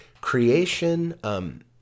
creation